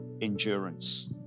endurance